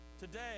Today